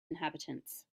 inhabitants